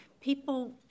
People